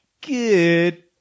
good